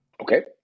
Okay